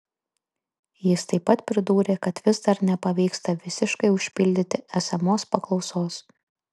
jis taip pat pridūrė kad vis dar nepavyksta visiškai užpildyti esamos paklausos